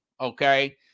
okay